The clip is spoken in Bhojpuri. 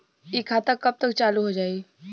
इ खाता कब तक चालू हो जाई?